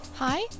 Hi